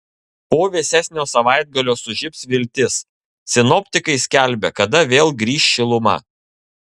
po vėsesnio savaitgalio sužibs viltis sinoptikai skelbia kada vėl grįš šiluma